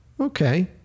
Okay